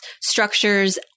structures